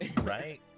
Right